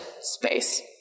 space